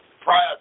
prior